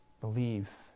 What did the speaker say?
Believe